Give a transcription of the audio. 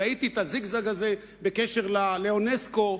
ראיתי את הזיגזג הזה בקשר לאונסק"ו,